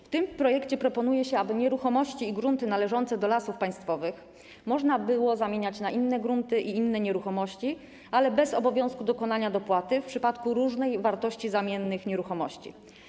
W tym projekcie proponuje się, aby nieruchomości i grunty należące do Lasów Państwowych można było zamieniać na inne grunty i inne nieruchomości, ale bez obowiązku dokonania dopłaty w przypadku różnej wartości zamienianych nieruchomości.